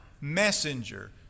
Messenger